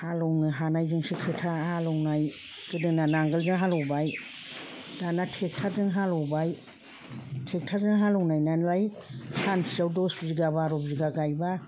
हालेवनो हानायजोंसो खोथा हालेवनाय गोदोना नांगोलजों हालौबाय दाना ट्रेक्ट'रजों हालौबाय ट्रेक्ट'रजों हालेवनाय नालाय सानसेयाव दस बिगा बार' बिगा गायबा